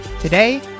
today